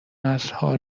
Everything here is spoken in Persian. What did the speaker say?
نسلها